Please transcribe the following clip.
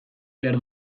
behar